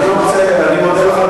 אני מודה לך,